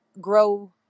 grow